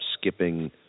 skipping